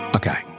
Okay